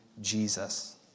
Jesus